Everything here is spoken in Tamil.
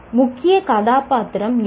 முக்கிய கதாபாத்திரம் யார்